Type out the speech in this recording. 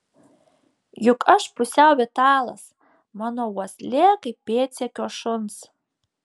juk aš pusiau italas mano uoslė kaip pėdsekio šuns